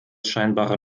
scheinbare